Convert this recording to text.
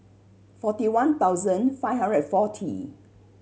forty one thousand five hundred forty